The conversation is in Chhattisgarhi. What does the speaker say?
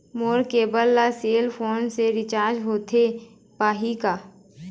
मोर केबल ला सेल फोन से रिचार्ज होथे पाही का?